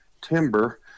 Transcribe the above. timber